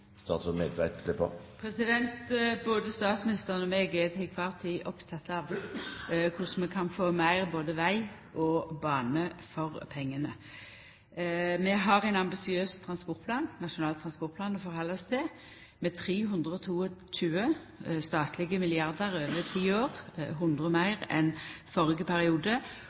Både statsministeren og eg er heile tida opptekne av korleis vi kan få både meir veg og meir bane for pengane. Vi har ein ambisiøs transportplan, Nasjonal transportplan, å halda oss til, med 322 statlege milliardar over ti år – 100 fleire enn i førre perioden – og